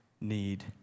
need